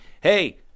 hey